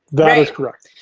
that is correct.